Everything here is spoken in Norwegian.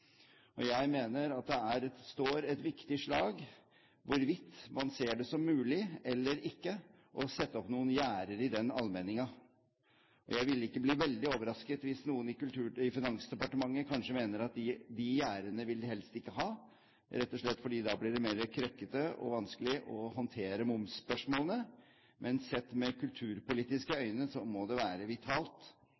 allmenningen». Jeg mener at det står et viktig slag om hvorvidt man ser det som mulig eller ikke å sette opp noen gjerder i den «allmenningen». Jeg ville ikke bli veldig overrasket hvis noen i Finansdepartementet kanskje mener at de gjerdene vil de helst ikke ha – rett og slett fordi da blir det mer krøkkete og vanskelig å håndtere momsspørsmålene. Men sett med kulturpolitiske